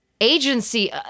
agency